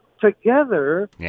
together